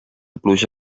pluja